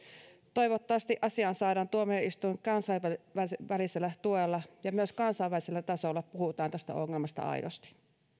toivottavasti asiaan saadaan tuomioistuin kansainvälisellä tuella ja myös kansainvälisellä tasolla puhutaan tästä ongelmasta aidosti